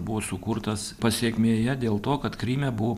buvo sukurtas pasekmėje dėl to kad kryme buvo